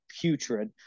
putrid